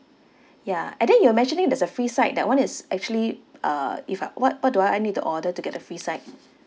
ya and then you were mentioning there's a free side that [one] is actually uh if I what what do I I need to order to get the free side